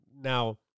now